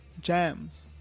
jams